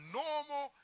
normal